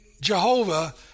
Jehovah